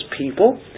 people